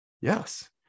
Yes